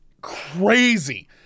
crazy